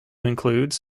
includes